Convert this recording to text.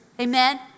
amen